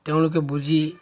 তেওঁলোকে বুজি